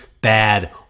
bad